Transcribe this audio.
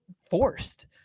forced